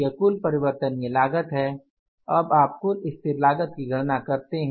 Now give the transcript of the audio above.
यह कुल परिवर्तनीय लागत है अब आप कुल स्थिर लागत की गणना करते हैं